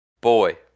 Boy